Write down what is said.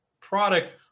products